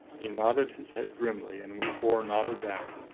he nodded his head, grimly, and we four nodded back.